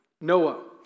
Noah